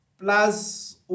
plus